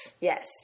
Yes